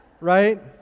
Right